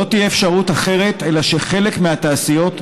לא תהיה אפשרות אחרת אלא שחלק מהתעשיות,